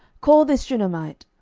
call this shunammite.